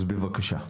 אז בבקשה.